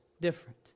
different